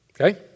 Okay